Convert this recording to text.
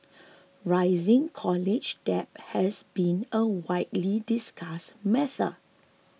rising college debt has been a widely discussed matter